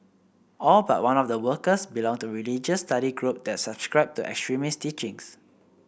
all but one of the workers belonged to a religious study group that subscribed to extremist teachings